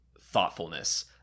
thoughtfulness